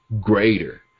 greater